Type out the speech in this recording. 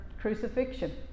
crucifixion